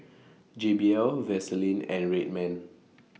J B L Vaseline and Red Man